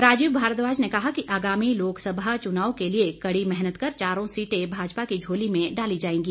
राजीव भारद्वाज ने कहा कि आगामी लोकसभा चुनाव के लिए कड़ी मेहनत कर चारों सीटें भाजपा की झोली में डाली जाएंगी